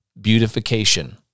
beautification